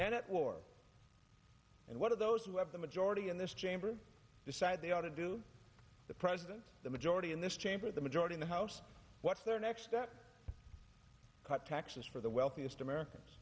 and at war and one of those who have the majority in this chamber decide they ought to do the president the majority in this chamber the majority in the house what's their next step cut taxes for the wealthiest americans